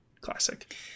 classic